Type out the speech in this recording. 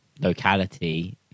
locality